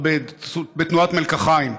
או בתנועת מלקחיים.